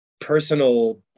personal